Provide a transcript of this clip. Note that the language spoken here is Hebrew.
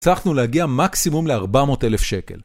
הצלחנו להגיע מקסימום לארבע מאות אלף שקל